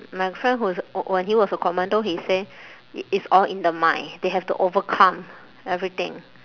my friend who's when he was a commando he say it's all in the mind they have to overcome everything